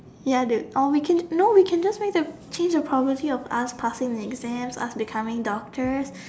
ya dude or we can no we can even make the change the probability of us passing the exams us becoming doctor